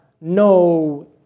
no